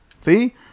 See